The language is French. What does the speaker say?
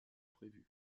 prévu